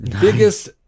Biggest